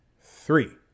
three